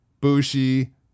Bushi